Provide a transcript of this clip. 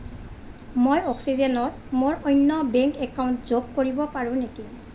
মই অক্সিজেনত মোৰ অন্য বেংক একাউণ্ট যোগ কৰিব পাৰোঁ নেকি